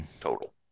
total